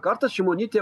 kartas šimonytė